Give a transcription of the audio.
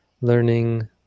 Learning